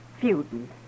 feuding